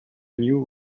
new